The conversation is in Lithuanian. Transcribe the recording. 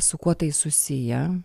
su kuo tai susiję